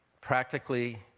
Practically